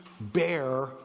bear